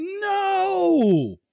no